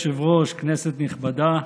אדוני היושב-ראש, כנסת נכבדה,